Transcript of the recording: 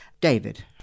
David